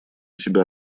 себя